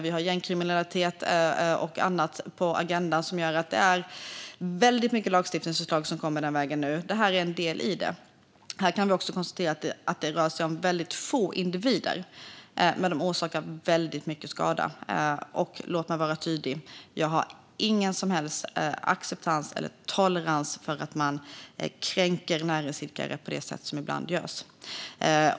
Vi har gängkriminalitet och annat på agendan som gör att det är väldigt många lagstiftningsförslag som kommer nu, och det här är en del av dem. Här kan vi konstatera att det rör sig om väldigt få individer, men de orsakar väldigt mycket skada. Och låt mig vara tydlig: Jag har ingen som helst acceptans eller tolerans för att man kränker näringsidkare på det sätt som ibland görs.